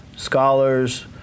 scholars